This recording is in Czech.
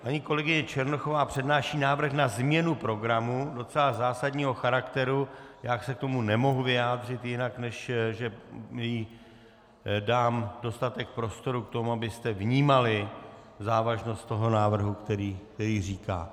Paní kolegyně Černochová přednáší návrh na změnu programu docela zásadního charakteru, já se k tomu nemohu vyjádřit jinak než že jí dám dostatek prostoru k tomu, abyste vnímali závažnost toho návrhu, který říká.